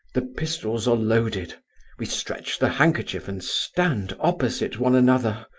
the pistols are loaded we stretch the handkerchief and stand opposite one another.